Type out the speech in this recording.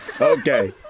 Okay